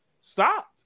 stopped